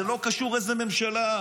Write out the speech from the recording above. זה לא קשור איזו ממשלה.